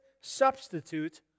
substitute